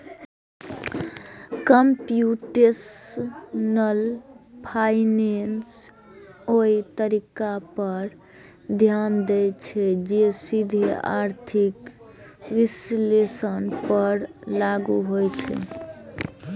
computational finance ओइ तरीका पर ध्यान दै छै, जे सीधे आर्थिक विश्लेषण पर लागू होइ छै